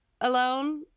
alone